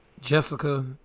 Jessica